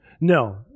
No